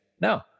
no